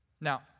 Now